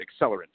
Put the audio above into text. accelerant